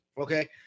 Okay